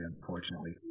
unfortunately